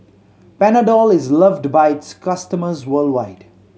Panadol is loved by its customers worldwide